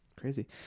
crazy